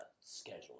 schedule